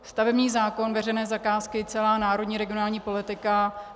Stavební zákon, veřejné zakázky, celá národní regionální politika.